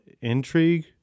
Intrigue